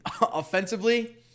offensively